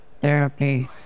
therapy